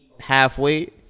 halfway